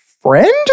friend